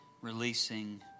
releasing